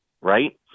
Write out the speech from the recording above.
right